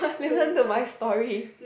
listen to my story